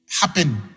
happen